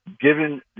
given